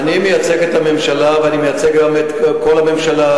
אני מייצג את הממשלה ואני מייצג גם את כל הממשלה,